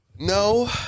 No